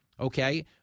okay